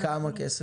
כמה כסף?